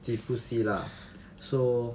几部戏 lah so